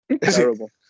Terrible